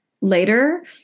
later